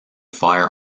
fire